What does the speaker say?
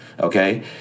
okay